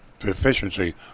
efficiency